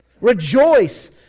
Rejoice